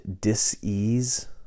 dis-ease